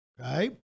okay